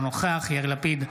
אינו נוכח יאיר לפיד,